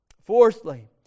Fourthly